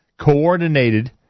coordinated